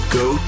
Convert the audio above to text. go